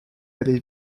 aller